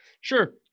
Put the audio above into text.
Sure